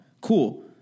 cool